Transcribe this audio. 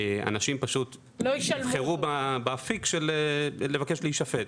אנשים פשוט יבחרו באפיק של לבקש להישפט.